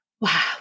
Wow